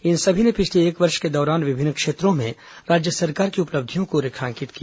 इन सभी ने पिछले एक वर्ष के दौरान विभिन्न क्षेत्रों में राज्य सरकार की उपलब्धियों को रेखांकित किया